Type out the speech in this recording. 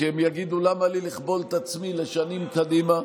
כי הם יגידו: למה לי לכבול את עצמי לשנים קדימה?